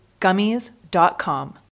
gummies.com